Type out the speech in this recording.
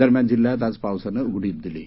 दरम्यान जिल्ह्यात आज पावसानं उघडीप दिली आहे